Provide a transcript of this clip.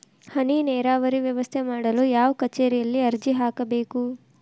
ಹನಿ ನೇರಾವರಿ ವ್ಯವಸ್ಥೆ ಮಾಡಲು ಯಾವ ಕಚೇರಿಯಲ್ಲಿ ಅರ್ಜಿ ಹಾಕಬೇಕು?